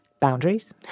boundaries